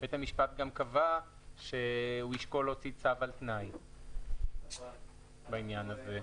בית המשפט גם קבע שהוא ישקול להוציא צו על תנאי בעניין הזה.